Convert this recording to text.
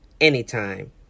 anytime